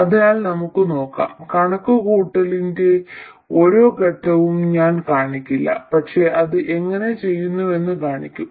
അതിനാൽ നമുക്ക് നോക്കാം കണക്കുകൂട്ടലിന്റെ ഓരോ ഘട്ടവും ഞാൻ കാണിക്കില്ല പക്ഷേ അത് എങ്ങനെ ചെയ്യുന്നുവെന്ന് കാണിക്കും